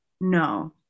no